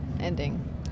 ending